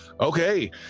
Okay